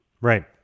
right